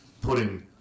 putting